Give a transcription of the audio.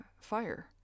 fire